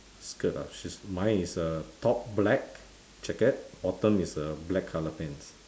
skirt ah she's mine is a top black jacket bottom is a black colour pants